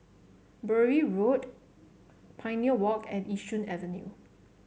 Bury Road Pioneer Walk and Yishun Avenue